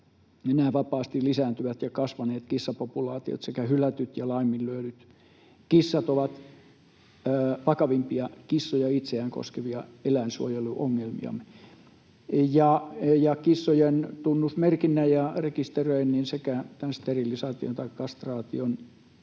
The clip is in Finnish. Nämä vapaasti lisääntyvät ja kasvaneet kissapopulaatiot sekä hylätyt ja laiminlyödyt kissat ovat vakavimpia, kissoja itseään koskevia eläinsuojeluongelmiamme. Kissojen tunnistusmerkinnän ja rekisteröinnin sekä tämän sterilisaation tai kastraation